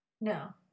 No